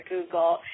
Google